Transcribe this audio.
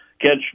catch